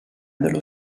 dello